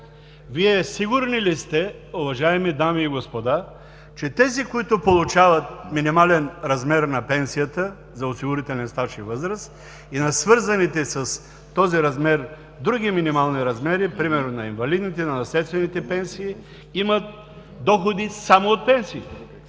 Вие сигурни ли сте, уважаеми дами и господа, че тези, които получават минимален размер на пенсията за осигурителен стаж и възраст и на свързаните с този размер други минимални размери, примерно на инвалидните, на наследствените пенсии, имат доходи само от пенсии?